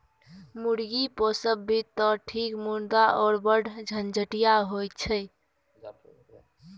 मुर्गी पोसभी तँ ठीक मुदा ओ बढ़ झंझटिया होए छै